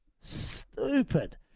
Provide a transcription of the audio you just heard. stupid